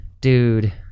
dude